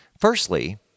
Firstly